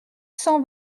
cent